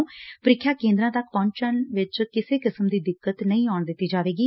ਨੂੰ ਪ੍ਰੀਖਿਆ ਕੇ ਦਰਾ ਤੱਕ ਪਹੁੰਚਣ ਵਿਚ ਕਿਸੇ ਕਿਸਮ ਦੀ ਦਿਕਤ ਨਹੀ ਆਉਣ ਦਿੱਤੀ ਜਾਵੇਗੀ